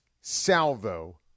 salvo